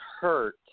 hurt